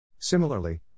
Similarly